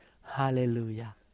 Hallelujah